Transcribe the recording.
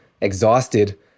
exhausted